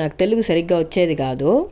నాకు తెలుగు సరిగ్గా వచ్చేది కాదు